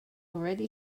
already